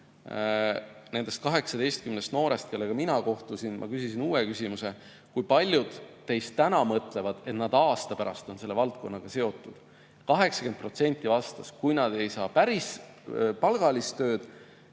Nendelt 18 noorelt, kellega mina kohtusin, ma küsisin uue küsimuse: kui paljud teist täna mõtlevad, et nad aasta pärast on selle valdkonnaga seotud? 80% vastas, et kui nad ei saa päris palgalist tööd,